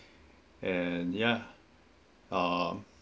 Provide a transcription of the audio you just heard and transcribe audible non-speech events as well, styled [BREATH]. [BREATH] so ya um